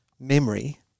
Memory